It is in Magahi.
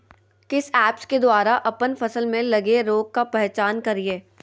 किस ऐप्स के द्वारा अप्पन फसल में लगे रोग का पहचान करिय?